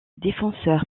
défenseur